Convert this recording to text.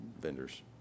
vendors